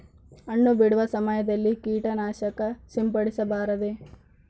ಹಣ್ಣು ಬಿಡುವ ಸಮಯದಲ್ಲಿ ಕೇಟನಾಶಕ ಸಿಂಪಡಿಸಬಾರದೆ?